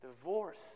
divorce